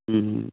ও